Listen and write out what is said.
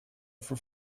for